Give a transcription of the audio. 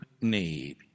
need